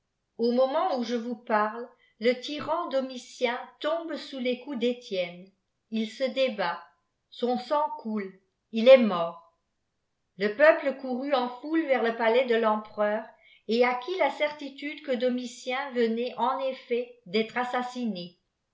au jôioment où je vous parle le tyran domi tien tombe sous les coups d'etienne il se débat son sii coule n est mort le peuple courut en foule vers le palais de tempereur et accïuit la cerliiude qiie domitien venait eb efibt d'être assassine